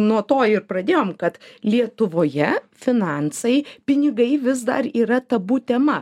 nuo to ir pradėjom kad lietuvoje finansai pinigai vis dar yra tabu tema